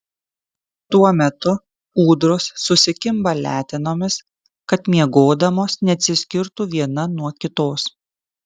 tuo metu ūdros susikimba letenomis kad miegodamos neatsiskirtų viena nuo kitos